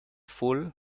fool